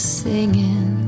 singing